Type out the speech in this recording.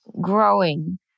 growing